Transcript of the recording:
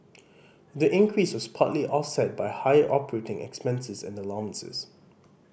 the increase was partly offset by higher operating expenses and allowances